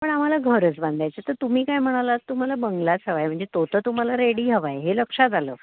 पण आम्हाला घरच बांधायचं तर तुम्ही काय म्हणालात तुम्हाला बंगलाच हवा आहे म्हणजे तो तर तुम्हाला रेडी हवा आहे हे लक्षात आलं